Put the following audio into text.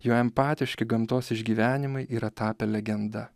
jo empatiški gamtos išgyvenimai yra tapę legenda